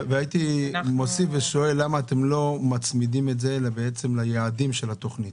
הייתי מוסיף ושואל: למה אתם לא מצמידים את זה ליעדים של התוכנית?